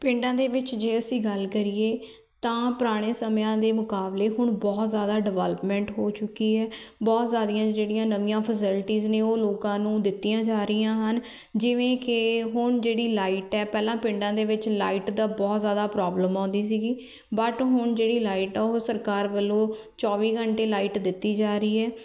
ਪਿੰਡਾਂ ਦੇ ਵਿੱਚ ਜੇ ਅਸੀਂ ਗੱਲ ਕਰੀਏ ਤਾਂ ਪੁਰਾਣੇ ਸਮਿਆਂ ਦੇ ਮੁਕਾਬਲੇ ਹੁਣ ਬਹੁਤ ਜ਼ਿਆਦਾ ਡਿਵੈਲਪਮੈਂਟ ਹੋ ਚੁੱਕੀ ਹੈ ਬਹੁਤ ਜ਼ਿਆਦੀਆਂ ਜਿਹੜੀਆਂ ਨਵੀਆਂ ਫੈਸਿਲਿਟੀਜ਼ ਨੇ ਉਹ ਲੋਕਾਂ ਨੂੰ ਦਿੱਤੀਆਂ ਜਾ ਰਹੀਆਂ ਹਨ ਜਿਵੇਂ ਕਿ ਹੁਣ ਜਿਹੜੀ ਲਾਈਟ ਹੈ ਪਹਿਲਾਂ ਪਿੰਡਾਂ ਦੇ ਵਿੱਚ ਲਾਈਟ ਦਾ ਬਹੁਤ ਜ਼ਿਆਦਾ ਪ੍ਰੋਬਲਮ ਆਉਂਦੀ ਸੀਗੀ ਬਟ ਹੁਣ ਜਿਹੜੀ ਲਾਈਟ ਆ ਉਹ ਸਰਕਾਰ ਵੱਲੋਂ ਚੌਵੀ ਘੰਟੇ ਲਾਈਟ ਦਿੱਤੀ ਜਾ ਰਹੀ ਹੈ